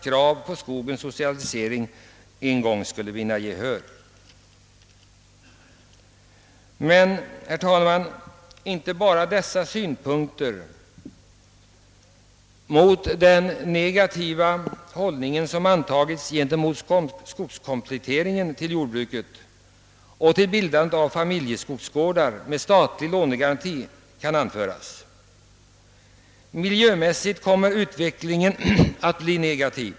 krav på skogens socialisering en gång skulle vinna gehör. Men inte bara dessa invändningar mot den negativa hållning, som intagits till en skogskomplettering för jordbruket och till bildandet av familjeskogsgårdar med statlig lånegaranti, kan anföras. Miljömässigt kommer utvecklingen att bli negativ.